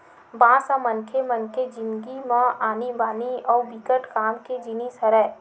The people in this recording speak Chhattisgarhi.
बांस ह मनखे मन के जिनगी म आनी बानी अउ बिकट काम के जिनिस हरय